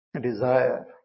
desire